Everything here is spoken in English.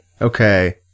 Okay